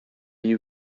you